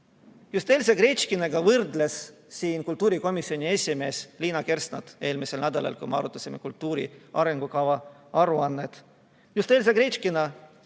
Just Elsa Gretškinaga võrdles kultuurikomisjoni esimees Liina Kersnat eelmisel nädalal, kui me arutasime kultuuri arengukava aruannet. Just Elsa Gretškina